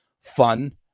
fun